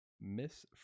miss